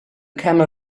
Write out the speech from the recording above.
camel